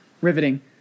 Riveting